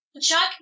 Chuck